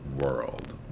world